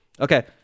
Okay